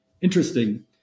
interesting